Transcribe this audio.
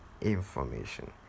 information